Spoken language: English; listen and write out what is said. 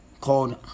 called